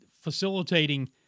facilitating